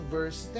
Verse